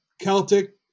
Celtic